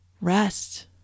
Rest